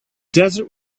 desert